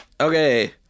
Okay